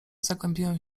zagłębiłem